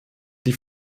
die